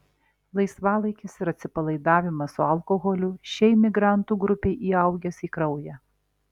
laisvalaikis ir atsipalaidavimas su alkoholiu šiai migrantų grupei įaugęs į kraują